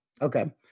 Okay